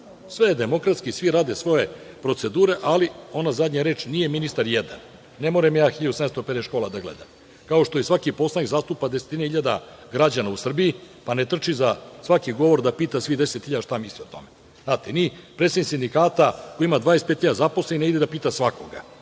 Sve je demokratski, svi rade svoje, procedure, ali ono zadnje, nije ministar jedan. Ne moram ja 1750 škola da gledam, kao što i svaki poslanik zastupa desetine hiljada građana u Srbiji, pa ne trči za svaki govor da pita svih 10 hiljada šta misle o tome. Znate, ni predstavnik sindikata, koji ima 25 hiljada zaposlenih, ne ide da pita svakoga.